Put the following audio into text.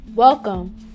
Welcome